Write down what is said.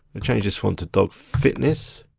and change this one to dog fitness.